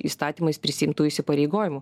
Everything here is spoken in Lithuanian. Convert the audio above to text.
įstatymais prisiimtų įsipareigojimų